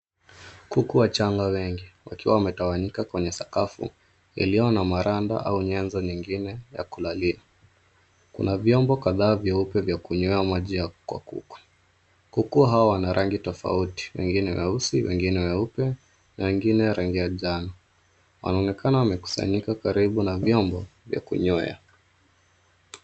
Kuku wachanga wengi wakiwa wamegawanyika kwenye sakafu iliyo na maranda au nyezo nyingine ya kulalia. Kuna vyombo kadhaa vyeupe vya kunywea maji ya kuku. Kuku hao wana rangi tofauti. Wengine weusi, wengine weupe na wengine rangi ya njano. Wanaonekana wamekusanyika karibu na vyombo vya kunywea.